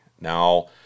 Now